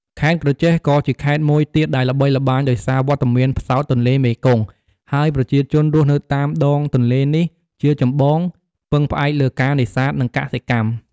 ខេត្តក្រចេះ ក៏ជាខេត្តមួយទៀតដែលល្បីល្បាញដោយសារវត្តមានផ្សោតទន្លេមេគង្គ ហើយប្រជាជនរស់នៅតាមដងទន្លេនេះជាចម្បងពឹងផ្អែកលើការនេសាទ និងកសិកម្ម។